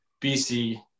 bc